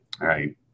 right